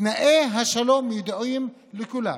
תנאי השלום ידועים לכולם,